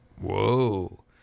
Whoa